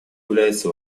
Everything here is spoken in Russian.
является